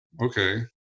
okay